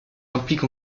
implique